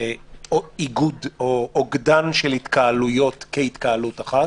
איגוד או אוגדן של התקהלויות כהתקהלות אחת,